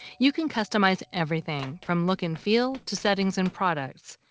you can customize everything, from look and feel to settings and products,